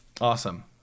Awesome